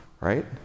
Right